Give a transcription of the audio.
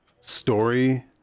story